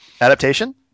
Adaptation